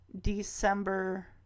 December